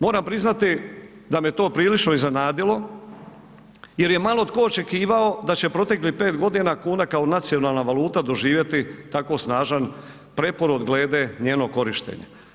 Moram priznati da me to prilično iznenadilo jer je malo tko očekivao da će proteklih pet godina kuna kao nacionalna valuta doživjeti tako snažan preporod glede njenog korištenja.